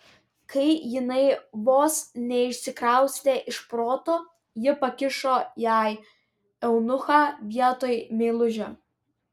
kai jinai vos neišsikraustė iš proto jis pakišo jai eunuchą vietoj meilužio